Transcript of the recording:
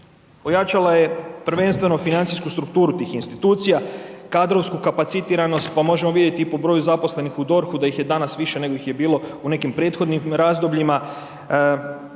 ojačala je prvenstveno financijsku strukturu tih institucija, kadrovsku kapacitiranost pa možemo vidjeti i po broju zaposlenih u DORH-u da ih je danas više nego ih je bilo u nekim prethodnim razdobljima,